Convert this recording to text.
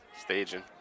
staging